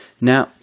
Now